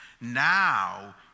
Now